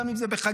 גם אם זה בחגים.